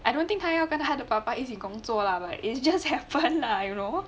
I don't think 他要跟他的爸爸一起工作 lah but is just have fun lah you know